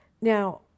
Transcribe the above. Now